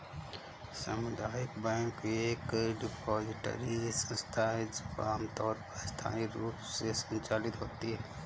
सामुदायिक बैंक एक डिपॉजिटरी संस्था है जो आमतौर पर स्थानीय रूप से संचालित होती है